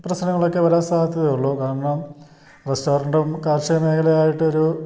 പ്രശ്നങ്ങളൊക്കെ വരാൻ സാധ്യതയുള്ളു കാരണം റെസ്റ്റോറൻ്റും കാർഷിക മേഖലയായിട്ടൊരു